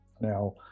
Now